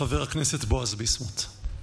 חבר הכנסת בועז ביסמוט,